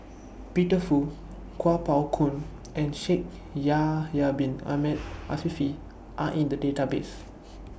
Peter Fu Kuo Pao Kun and Shaikh Ya Yahya Bin Ahmed Afifi Are in The Database